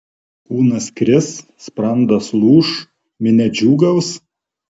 kūnas kris sprandas lūš minia džiūgaus